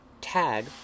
Tag